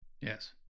yes